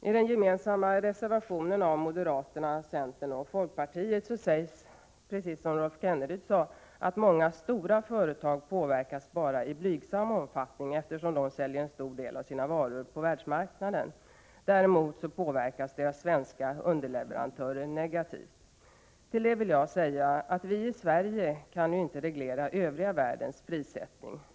I den gemensamma reservationen av moderaterna, centern och folkpartiet sägs, precis som Rolf Kenneryd framhöll, att många stora företag påverkas bara i blygsam omfattning, eftersom de säljer en stor del av sina varor på världsmarknaden, medan däremot deras svenska underleverantörer påverkas negativt. Till det vill jag säga, att vi i Sverige ju inte kan reglera den övriga världens prissättning.